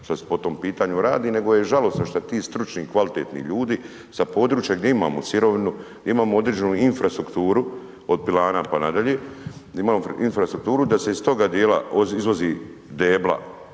šta se po tom pitanju radi, nego je žalosno što ti stručni i kvalitetni ljudi sa područja gdje imamo sirovinu, gdje imamo određenu infrastrukturu, od pilana pa nadalje, da imamo infrastrukturu, da